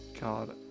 god